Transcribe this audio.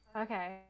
Okay